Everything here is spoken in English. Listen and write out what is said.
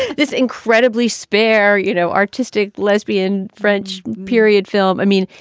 this incredibly spare, you know, artistic, lesbian, french period film. i mean,